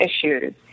issues